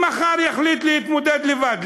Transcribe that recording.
שמחר יחליט להתמודד לבד.